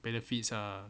benefits ah